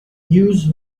huge